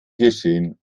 geschehen